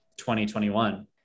2021